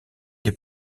des